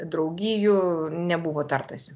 draugijų nebuvo tartasi